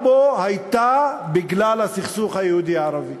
בו הייתה בגלל הסכסוך היהודי ערבי,